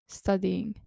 studying